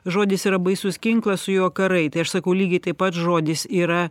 žodis yra baisus ginklas su juo karai tai aš sakau lygiai taip pat žodis yra